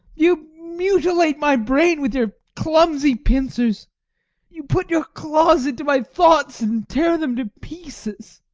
you mutilate my brain with your clumsy pincers you put your claws into my thoughts and tear them to pieces!